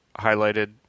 highlighted